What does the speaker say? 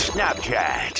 Snapchat